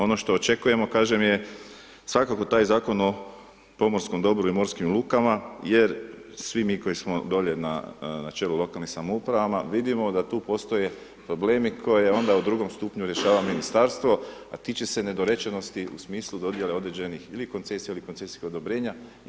Ono što očekujemo, kažem, je svakako taj Zakon o pomorskom dobru i morskim lukama jer svi mi koji smo dolje na čelu lokalnih samoupravama vidimo da tu postoje problemi koje onda u drugom stupnju rješava ministarstvo, a tiče se nedorečenosti u smislu dodjele određenih ili koncesija ili koncesijskih odobrenja.